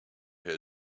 has